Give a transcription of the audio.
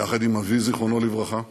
יחד עם אבי, זיכרונו לברכה,